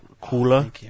Cooler